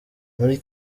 muri